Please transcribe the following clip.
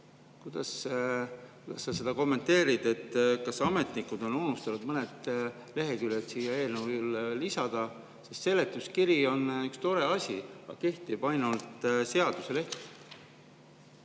Kuidas sa seda kommenteerid? Kas ametnikud on unustanud mõned leheküljed eelnõule lisada? Seletuskiri on üks tore asi, aga kehtib ainult seaduseleht.